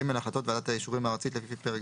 (ג)החלטות ועדת האישורים הארצית לפי פרק